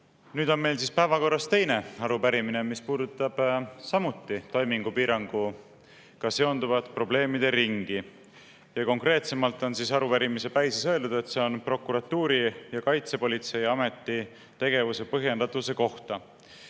Nüüd on meil siis päevakorras teine arupärimine, mis puudutab samuti toimingupiiranguga seonduvate probleemide ringi. Konkreetsemalt on arupärimise päises öeldud, et see on prokuratuuri ja Kaitsepolitseiameti tegevuse põhjendatuse kohta.